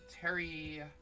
Terry